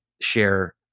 share